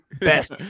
Best